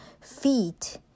feet